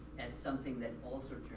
as something that also